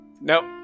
nope